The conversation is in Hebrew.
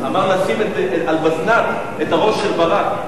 כתב-אישום, שאמר לשים על בזנ"ט את הראש של ברק.